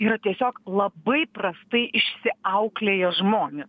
yra tiesiog labai prastai išsiauklėję žmonė